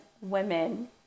women